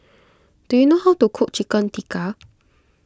do you know how to cook Chicken Tikka